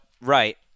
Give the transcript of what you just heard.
right